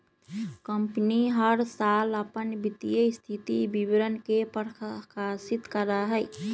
company हर साल अपन वित्तीय स्थिति विवरण के प्रकाशित करा हई